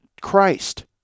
Christ